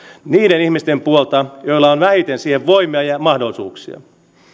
niiden ihmisten puolta joilla on vähiten siihen voimia ja mahdollisuuksia